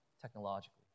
technologically